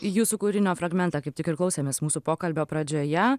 jūsų kūrinio fragmentą kaip tik ir klausėmės mūsų pokalbio pradžioje